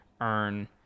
earn